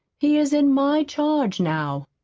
he is in my charge now.